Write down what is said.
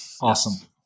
Awesome